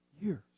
Years